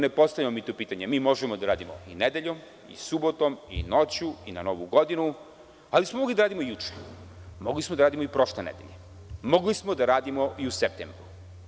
Ne postavljamo mi to pitanje, mi možemo da radimo i nedeljom, i subotom, i noću, i na Novu godinu, ali smo mogli da radimo i juče, mogli smo da radimo i prošle nedelje, mogli smo da radimo i u septembru.